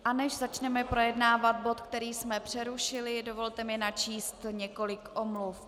Než začneme projednávat bod, který jsme přerušili, dovolte mi načíst několik omluv.